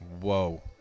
Whoa